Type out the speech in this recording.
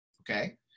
okay